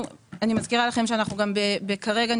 אני מזכירה לכם שאנחנו נמצאים כרגע גם